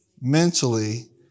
mentally